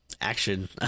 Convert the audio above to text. action